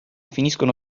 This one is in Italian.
finiscono